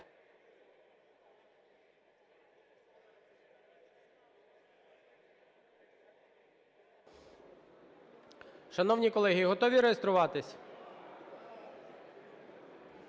Шановні колеги, готові реєструватися?